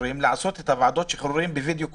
לעשות את ועדות השחרורים בווידיאו קונפרנס.